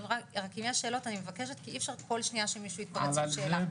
אבל אי-אפשר עם ההתפרצויות.